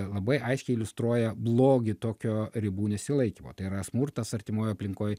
labai aiškiai iliustruoja blogį tokio ribų nesilaikymo tai yra smurtas artimoj aplinkoj